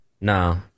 No